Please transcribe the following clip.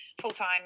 full-time